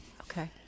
Okay